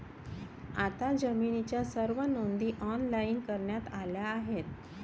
आता जमिनीच्या सर्व नोंदी ऑनलाइन करण्यात आल्या आहेत